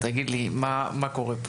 תגיד מה קורה פה.